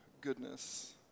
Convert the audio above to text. goodness